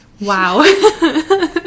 Wow